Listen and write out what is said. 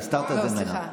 הסתרת את זה ממנה.